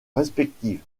respectives